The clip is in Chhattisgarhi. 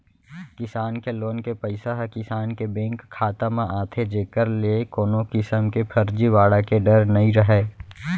किसान के लोन के पइसा ह किसान के बेंक खाता म आथे जेकर ले कोनो किसम के फरजीवाड़ा के डर नइ रहय